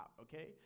okay